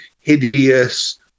hideous